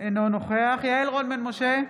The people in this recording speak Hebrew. אינו נוכח יעל רון בן משה,